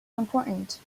important